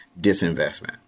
disinvestment